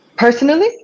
Personally